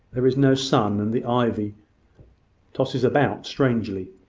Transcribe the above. there is no sun and the ivy tosses about strangely.